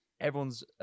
everyone's